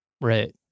Right